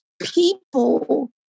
people